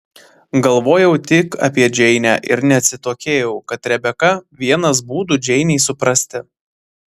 galvojau tik apie džeinę ir neatsitokėjau kad rebeka vienas būdų džeinei suprasti